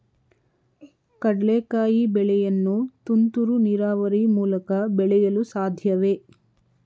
ಕಡ್ಲೆಕಾಯಿ ಬೆಳೆಯನ್ನು ತುಂತುರು ನೀರಾವರಿ ಮೂಲಕ ಬೆಳೆಯಲು ಸಾಧ್ಯವೇ?